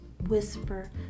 whisper